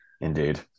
indeed